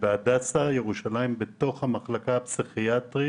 ובהדסה ירושלים, בתוך המחלקה הפסיכיאטרית